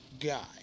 guy